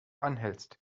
anhältst